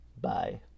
bye